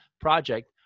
project